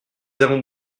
avons